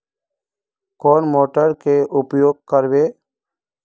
कौन मोटर के उपयोग करवे?